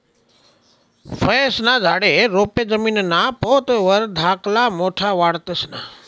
फयेस्ना झाडे, रोपे जमीनना पोत वर धाकला मोठा वाढतंस ना?